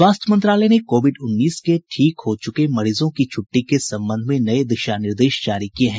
स्वास्थ्य मंत्रालय ने कोविड उन्नीस के ठीक हो चुके मरीजों की छुट्टी के संबंध में नये दिशा निर्देश जारी किये हैं